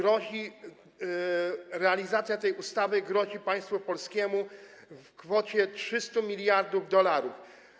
Realizacja tej ustawy grozi państwu polskiemu wydatkami w kwocie 300 mld dolarów.